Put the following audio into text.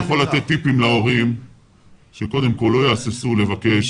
אני יכול לתת טיפים להורים שקודם כל לא יהססו לבקש